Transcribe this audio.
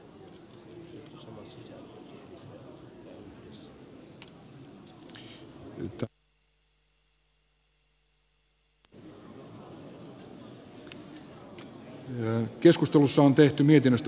eeva maria maijala on markku rossin kannattamana ehdottanut että pykälä hyväksytään vastalauseen mukaisena